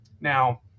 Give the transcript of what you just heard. Now